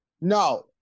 no